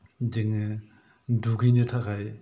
जोङो दुगैनो थाखाय